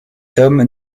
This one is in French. tom